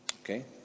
Okay